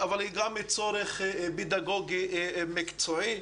אבל היא גם צורך פדגוגי מקצועי.